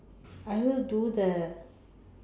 I also do the